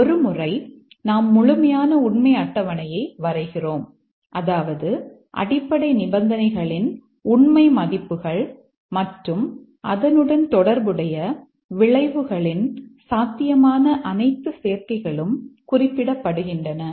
ஒருமுறை நாம் முழுமையான உண்மை அட்டவணையை வரைகிறோம் அதாவது அடிப்படை நிபந்தனைகளின் உண்மை மதிப்புகள் மற்றும் அதனுடன் தொடர்புடைய விளைவுகளின் சாத்தியமான அனைத்து சேர்க்கைகளும் குறிப்பிடப்படுகின்றன